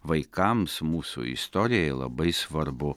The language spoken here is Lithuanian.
vaikams mūsų istorijai labai svarbu